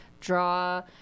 draw